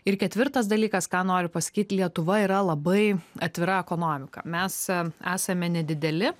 ir ketvirtas dalykas ką noriu pasakyt lietuva yra labai atvira ekonomika mes esame nedideli